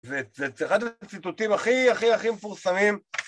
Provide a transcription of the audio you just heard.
זה אחד הציטוטים הכי הכי הכי מפורסמים.